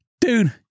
dude